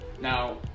Now